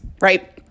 right